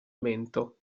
mento